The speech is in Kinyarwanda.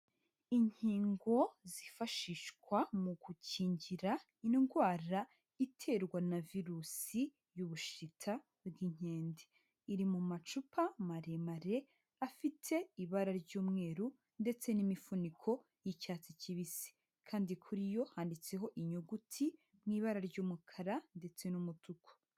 Inkingo zifashishwa mu gukingira indwara, iterwa na virusi y'ubushita bw'inkende. Iri mu macupa maremare, afite ibara ry'umweru ndetse n'imifuniko y'icyatsi kibisi. Kandi kuri yo, handitseho inyuguti mu ibara ry'umukara, ndetse n'umutuku.